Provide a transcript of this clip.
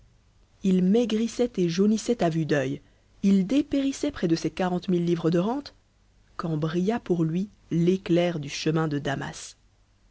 il maigrissait et jaunissait à vue d'œil il dépérissait près de ses quarante mille livres de rentes quand brilla pour lui l'éclair du chemin de damas